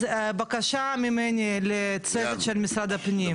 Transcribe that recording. אז הבקשה ממני לצוות של משרד הפנים,